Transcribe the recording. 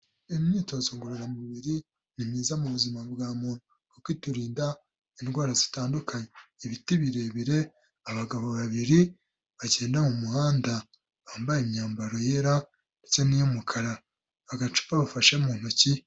Imyitozo ngororamubiri ni myiza mu buzima bwa muntu kuko iturinda indwara zitandukanye, ibiti birebire, abagabo babiri bagenda mu muhanda bambaye imyambaro yera ndetse n'iy'umukara, agacupa bafashe mu ntoki.